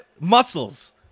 muscles